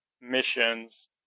missions